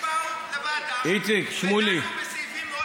הם באו לוועדה ודנו בסעיפים,